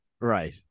Right